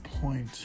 point